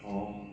orh